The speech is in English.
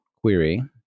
query